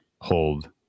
hold